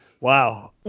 wow